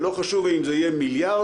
ולא חשוב אם זה יהיה מיליארד,